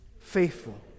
Faithful